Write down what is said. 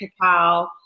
cacao